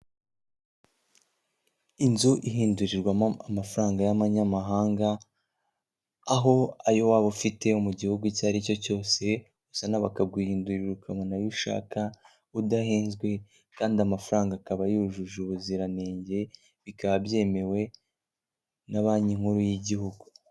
Inzu ihindurirwamo amafaranga y'amanyamahanga, aho ayo waba ufite mu gihugu icyo ari cyo cyose, uzana bakaguhindurira urabona ayo ushaka udahenzwe kandi amafaranga akaba yujuje ubuziranenge, bikaba byemewe na banki nkuru y'igihugu.